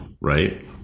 Right